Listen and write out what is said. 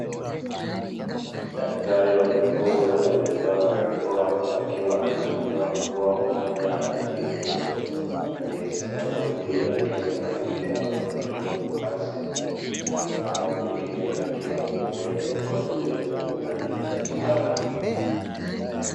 Daktari wa mifugo aliyevaa barakoa akiwa anamnyoa mbwa manyoya ya rangi nyeupe aliyesimama juu ya meza akiwa anatumia mkasi vifaa vingine vikiwa pembeni kwa ajili ya kumfanyia matibabu.